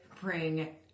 bring